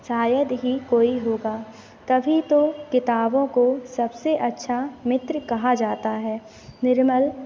शायद ही कोई होगा तभी तो किताबों को सबसे अच्छा मित्र कहा जाता है निर्मल